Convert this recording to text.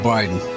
Biden